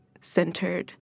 centered